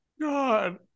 god